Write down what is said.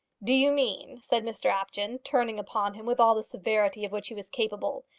do you mean, said mr apjohn, turning upon him with all the severity of which he was capable,